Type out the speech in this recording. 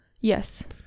Yes